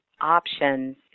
options